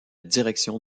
direction